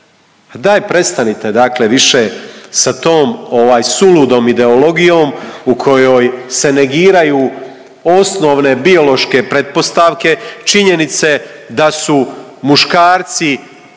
Daj prestanite dakle više sa tom ovaj suludom ideologijom u kojoj se negiraju osnovne biološke pretpostavke, činjenice da su muškarci